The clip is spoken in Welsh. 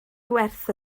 gwerth